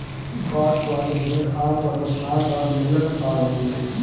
Cotswold भेड़ आमतौर पर शांत और मिलनसार होती हैं